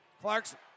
Clarkson